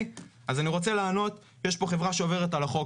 אני רוצה לענות שיש פה חברה שעוברת על החוק,